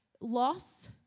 loss